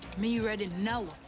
me ready now!